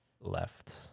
left